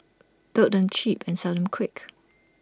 build them cheap and sell them quick